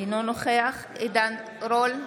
אינו נוכח עידן רול,